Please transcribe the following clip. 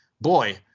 Boy